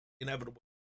inevitable